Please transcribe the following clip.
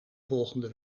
volgende